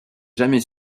jamais